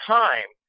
time